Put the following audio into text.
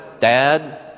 dad